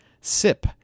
Sip